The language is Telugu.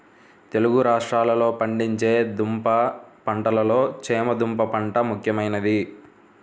తెలుగు రాష్ట్రాలలో పండించే దుంప పంటలలో చేమ దుంప పంట ముఖ్యమైనది